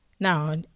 now